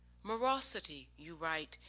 morosity, you write,